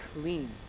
clean